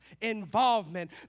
involvement